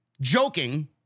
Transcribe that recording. joking